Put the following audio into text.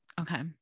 Okay